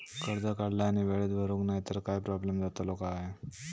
कर्ज काढला आणि वेळेत भरुक नाय तर काय प्रोब्लेम जातलो काय?